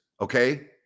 okay